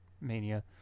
Mania